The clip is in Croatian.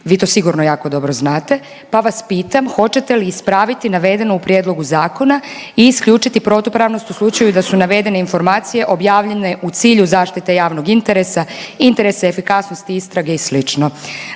vi to sigurno jako dobro znate, pa vas pitam, hoćete li ispraviti navedeno u prijedlogu zakona i isključiti protupravnost u slučaju da su navedene informacije objavljene u cilju zaštite javnog interesa, interesa efikasnosti istrage i